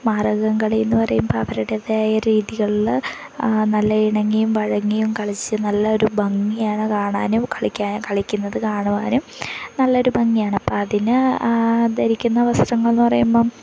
മാർഗ്ഗംകളിയെന്ന് പറയുമ്പോള് അവരുടേതായ രീതികളില് നല്ല ഇണങ്ങിയും വഴങ്ങിയും കളിച്ച് നല്ലൊരു ഭംഗിയാണ് കാണാനും കളിക്കുന്നത് കാണുവാനും നല്ലൊരു ഭംഗിയാണ് അപ്പോള് അതിന് ധരിക്കുന്ന വസ്ത്രങ്ങളെന്ന് പറയുമ്പോള്